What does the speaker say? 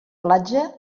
platja